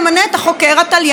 התובע והשופט,